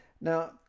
Now